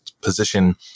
position